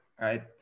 right